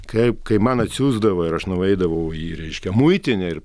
kaip kai man atsiųsdavo ir aš nueidavau į reiškia muitinę ir